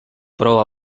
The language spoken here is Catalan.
però